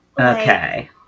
Okay